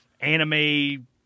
anime